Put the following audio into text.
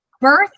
Birth